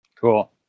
Cool